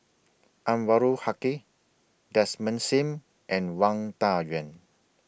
Anwarul Haque Desmond SIM and Wang Dayuan